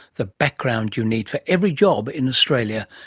the background you need for every job in australia,